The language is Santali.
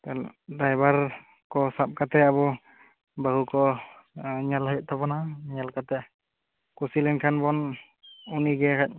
ᱨᱟᱭᱵᱟᱨ ᱠᱚ ᱥᱟᱵ ᱠᱟᱛᱮ ᱟᱵᱚ ᱵᱟᱹᱦᱩ ᱠᱚ ᱧᱮᱞ ᱦᱩᱭᱩᱜ ᱛᱟᱵᱚᱱᱟ ᱧᱮᱞ ᱠᱟᱛᱮ ᱠᱩᱥᱤ ᱞᱮᱱ ᱠᱷᱟᱱ ᱵᱚᱱ ᱩᱱᱤ ᱜᱮ